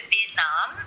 Vietnam